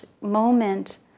moment